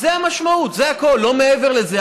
זאת המשמעות, זה הכול, ולא מעבר לזה.